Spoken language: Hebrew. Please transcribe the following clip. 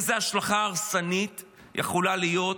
איזו השלכה הרסנית יכולה להיות